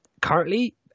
currently